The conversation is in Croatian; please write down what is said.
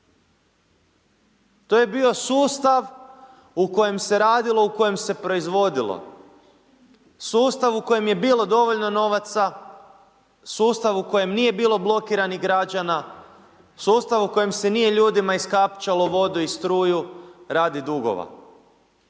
to je bio sustav u kojem se radilo, u kojem se proizvodilo, sustav u kojem je bilo dovoljno novaca, sustav u kojem nije bilo blokiranih građana, sustav u kojem se nije ljudima iskapčalo vodu i struju radi dugova.